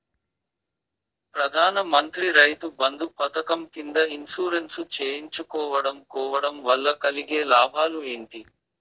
ప్రధాన మంత్రి రైతు బంధు పథకం కింద ఇన్సూరెన్సు చేయించుకోవడం కోవడం వల్ల కలిగే లాభాలు ఏంటి?